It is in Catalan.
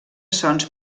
sons